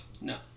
no